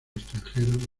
extranjero